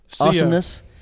awesomeness